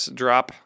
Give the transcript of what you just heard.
drop